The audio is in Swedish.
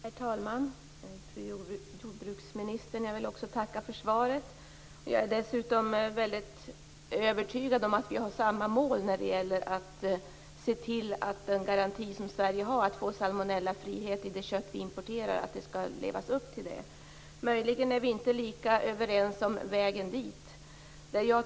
Herr talman! Fru jordbruksminister, jag vill också tacka för svaret. Jag är övertygad om att vi har samma mål när det gäller att se till att man lever upp till den garanti som Sverige har att få salmonellafritt importerat kött. Möjligen är vi inte lika överens om vägen dit.